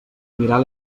mirar